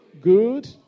good